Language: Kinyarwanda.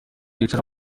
yicara